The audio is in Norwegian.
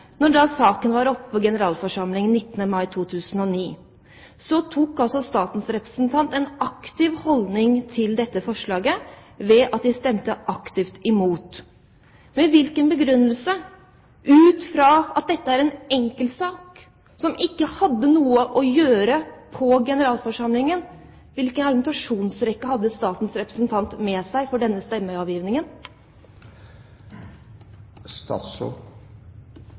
dette forslaget ved at man stemte aktivt imot, hvilken begrunnelse og hvilken argumentasjonsrekke – ut fra at dette er en enkeltsak som ikke hadde noe å gjøre på generalforsamlingen – hadde statens representant med seg for denne stemmeavgivningen?